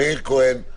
מאיר כהן,